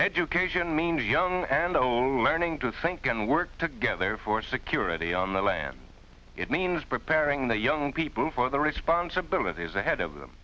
education meaning young and old learning to think and work together for security on the land it means preparing the young people for the responsibilities ahead of them